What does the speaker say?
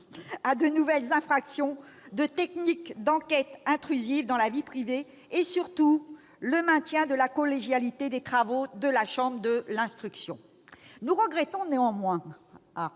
à de nouvelles infractions des techniques d'enquête intrusives pour la vie privée, et surtout le maintien de la collégialité des travaux de la chambre de l'instruction. Nous regrettons néanmoins